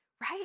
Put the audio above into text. right